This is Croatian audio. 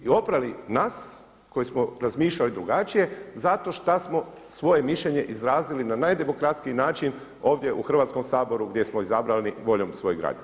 I oprali nas koji smo razmišljali drugačije zato šta smo svoje mišljenje izrazili na najdemokratskiji način ovdje u Hrvatskom saboru gdje smo izabrani voljom svojih građana.